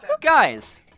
Guys